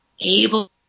able